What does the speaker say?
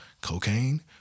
cocaine